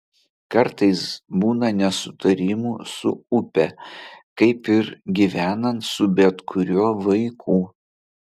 kartais būna nesutarimų su upe kaip ir gyvenant su bet kuriuo vaiku